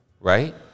Right